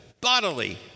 bodily